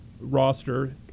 roster